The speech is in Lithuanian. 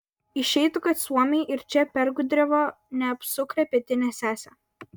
išeitų kad suomiai ir čia pergudravo neapsukrią pietinę sesę